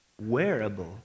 wearable